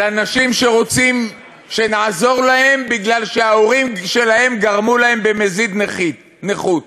על אנשים שרוצים שנעזור להם כי ההורים שלהם גרמו להם במזיד נכות.